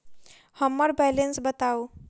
हम्मर बैलेंस बताऊ